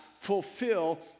fulfill